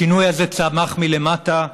השינוי הזה צמח מלמטה,